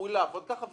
ראוי לעבוד ככה.